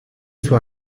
suo